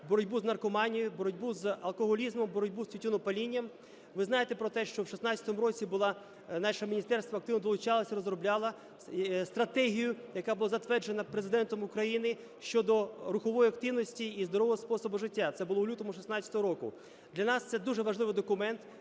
боротьбу з наркоманією, боротьбу з алкоголізмом, боротьбу з тютюнопалінням. Ви знаєте про те, що в 16-му році була, наше міністерство активно долучалося, розробляло стратегію, яка була затверджена Президентом України щодо рухової активності і здорового способу життя. Це було у лютому 16-го року. Для нас це дуже важливий документ,